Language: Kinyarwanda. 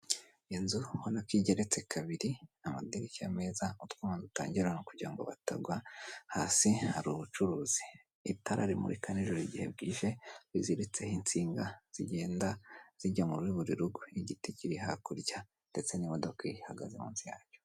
Inzu mbona igeretse kabiri amadirishya meza utwuma dutangira kugirango ngo batagwa, hasi hari ubucuruzi, itara rimurika nijoro igihe bwije riziritse insinga zigenda zijya muri buri rugo igiti kiri hakurya ndetse n'imodoka ihagaze munsi yacyo.